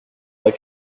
pas